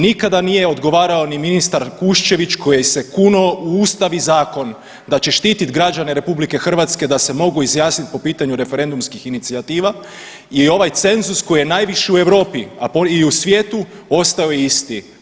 Nikada nije odgovarao ni ministar Kuščević koji se kunuo u Ustav i zakon da će štititi građane RH da se mogu izjasniti po pitanju referendumskih inicijativa i ovaj cenzus koji je najviši u Europi, a i u svijetu, ostao je isti.